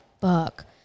fuck